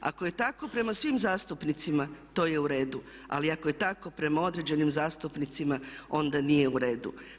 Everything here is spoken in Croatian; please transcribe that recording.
Ako je tako prema svim zastupnicima to je u redu, ali ako je tako prema određenim zastupnicima onda nije u redu.